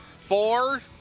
Four